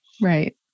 Right